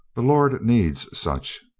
the lord needs such.